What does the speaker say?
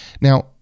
Now